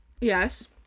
yes